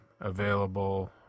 available